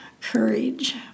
Courage